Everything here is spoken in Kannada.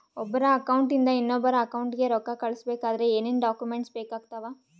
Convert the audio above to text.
ಒಬ್ಬರ ಅಕೌಂಟ್ ಇಂದ ಇನ್ನೊಬ್ಬರ ಅಕೌಂಟಿಗೆ ರೊಕ್ಕ ಕಳಿಸಬೇಕಾದ್ರೆ ಏನೇನ್ ಡಾಕ್ಯೂಮೆಂಟ್ಸ್ ಬೇಕಾಗುತ್ತಾವ?